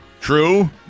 true